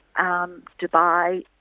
Dubai